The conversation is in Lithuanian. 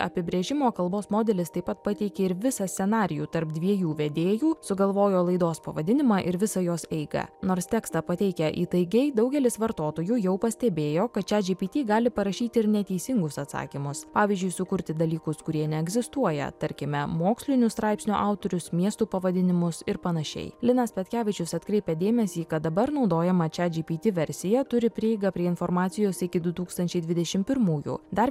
apibrėžimo kalbos modelis taip pat pateikė ir visą scenarijų tarp dviejų vedėjų sugalvojo laidos pavadinimą ir visą jos eigą nors tekstą pateikia įtaigiai daugelis vartotojų jau pastebėjo kad chatgpt gali parašyti ir neteisingus atsakymus pavyzdžiui sukurti dalykus kurie neegzistuoja tarkime mokslinių straipsnių autorius miestų pavadinimus ir panašiai linas petkevičius atkreipia dėmesį kad dabar naudojama chatgpt versija turi prieigą prie informacijos iki du tūkstančiai dvidešim pirmųjų dar